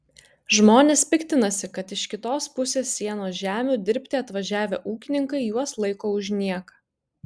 žmonės piktinasi kad iš kitos pusės sienos žemių dirbti atvažiavę ūkininkai juos laiko už nieką